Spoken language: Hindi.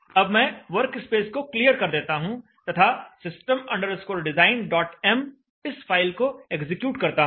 अब मैं वर्कस्पेस को क्लियर कर देता हूं तथा system designm इस फाइल को एग्जीक्यूट करता हूं